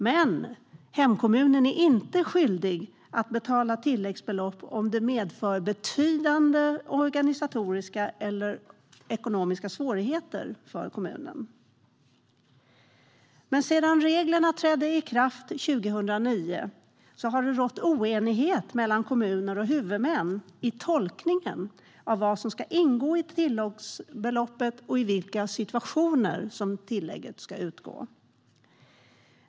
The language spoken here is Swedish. Men, hemkommunen är inte skyldig att betala tilläggsbelopp om det medför betydande organisatoriska eller ekonomiska svårigheter för kommunen. Sedan reglerna trädde i kraft 2009 har det rått oenighet mellan kommuner och huvudmän i tolkningen av vad som ska ingå i tilläggsbeloppet och i vilka situationer det ska utbetalas.